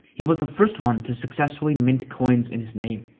he was the first one to successful mint coins in his name.